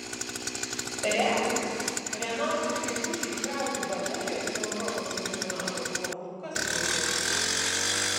regis renaldui seibučiui įkrauti baterijas po europos čempionato buvo kur kas lengviau